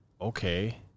okay